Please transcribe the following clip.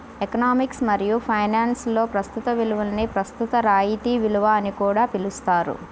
economics మరియు ఫైనాన్స్లో ప్రస్తుత విలువని ప్రస్తుత రాయితీ విలువ అని కూడా పిలుస్తారు